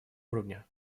уровня